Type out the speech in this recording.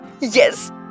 Yes